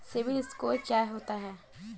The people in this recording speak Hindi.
सिबिल स्कोर क्या होता है?